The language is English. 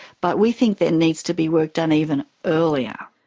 but we think there needs to be work done even earlier.